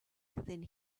than